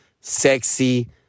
sexy